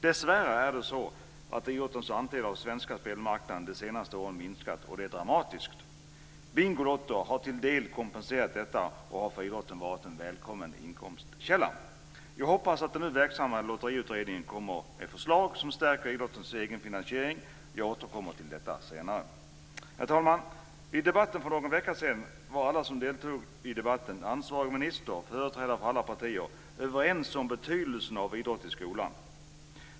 Dessvärre har idrottens andel av den svenska spelmarknaden minskat under de senaste åren, och det dramatiskt. Bingolotto har till en del kompenserat detta, och det har varit en välkommen inkomstkälla för idrotten. Jag hoppas att den nu verksamma lotteriutredningen kommer med förslag som stärker idrottens egenfinansiering. Jag återkommer till det senare. Herr talman! Vid debatten för någon vecka sedan var alla som deltog - ansvarig minister och företrädare för alla partier - överens om betydelsen av idrott i skolan.